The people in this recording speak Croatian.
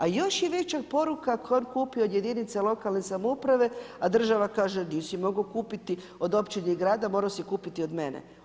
A još je veća poruka tko je kupio od jedinica lokalne samouprave, a država kaže: nisi mogao kupiti od općine i grada, morao si kupiti od mene.